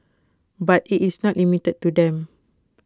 but IT is not limited to them